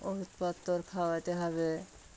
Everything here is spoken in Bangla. ওষুধপত্র খাওয়াতে হবে